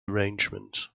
arrangement